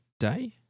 Day